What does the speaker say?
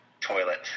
toilet